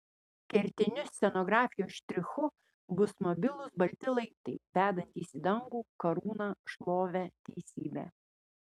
kertiniu scenografijos štrichu bus mobilūs balti laiptai vedantys į dangų karūną šlovę teisybę